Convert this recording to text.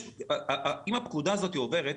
אם הפקודה הזאת עוברת,